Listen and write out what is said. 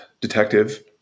detective